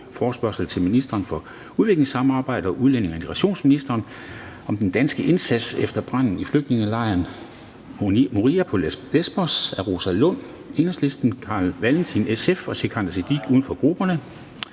Forespørgsel til ministeren for udviklingssamarbejde og udlændinge- og integrationsministeren om den danske indsats efter branden i flygtningelejren Moria på Lesbos. Af Rosa Lund (EL), Carl Valentin (SF) og Sikandar Siddique (UFG).